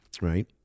right